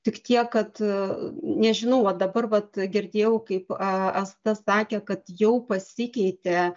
tik tiek kad nežinau va dabar vat girdėjau kaip asta sakė kad jau pasikeitė